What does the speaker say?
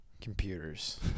Computers